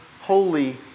holy